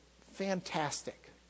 fantastic